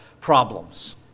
problems